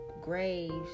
graves